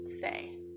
say